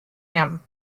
him